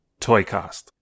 Toycast